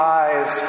eyes